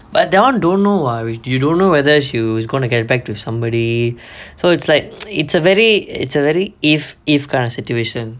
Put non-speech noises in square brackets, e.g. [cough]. but that [one] don't know ah we you don't know whether she was gonna get back to somebody so it's like [noise] it's a very it's a very if if kind of situation